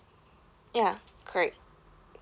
ya correct